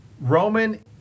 Roman